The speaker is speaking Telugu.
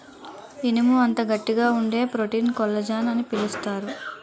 ఇనుము అంత గట్టిగా వుండే ప్రోటీన్ కొల్లజాన్ అని పిలుస్తారు